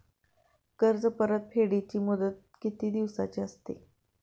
कर्ज परतफेडीची मुदत किती दिवसांची असते?